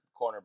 cornerback